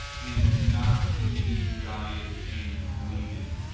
and not to need diet and bleeding.